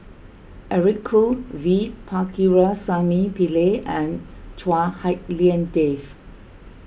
Eric Khoo V Pakirisamy Pillai and Chua Hak Lien Dave